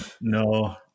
No